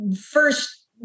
first